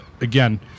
again